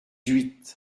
huit